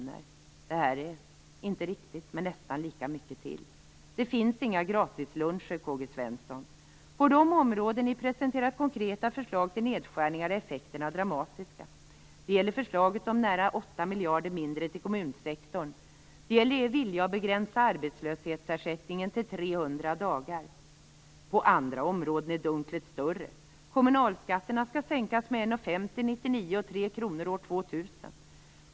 Detta är inte riktigt, men nästan, lika mycket till. Det finns inga gratisluncher, K-G Svenson. På de områden där ni har presenterat konkreta förslag till nedskärningar är effekterna dramatiska. Det gäller förslaget om nära 8 miljarder mindre till kommunsektorn och det gäller er vilja att begränsa arbetslöshetsersättning till 300 dagar. På andra områden är dunklet större. Kommunalskatterna skall sänkas med 1:50 kr år 1999 och 3 kr år 2000.